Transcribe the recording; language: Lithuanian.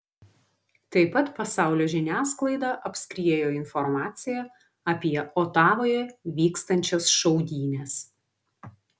tai pat pasaulio žiniasklaidą apskriejo informacija apie otavoje vykstančias šaudynes